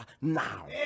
now